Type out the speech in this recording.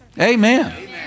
Amen